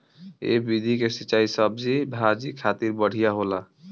ए विधि के सिंचाई सब्जी भाजी खातिर बढ़िया होला